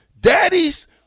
daddies